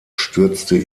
stürzte